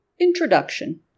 Introduction